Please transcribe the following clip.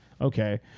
okay